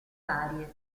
varie